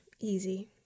Easy